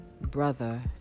brother